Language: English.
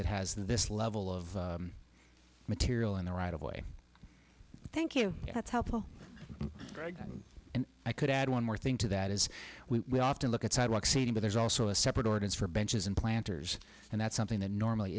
that has this level of material in the right of way thank you that's helpful and i could add one more thing to that is we often look at sidewalk seating but there's also a separate orders for benches and planters and that's something that normally